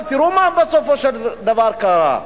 אבל תראו מה בסופו של דבר קרה,